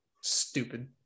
Stupid